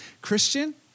Christian